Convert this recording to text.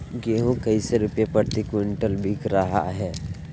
गेंहू कैसे रुपए प्रति क्विंटल बिक रहा है?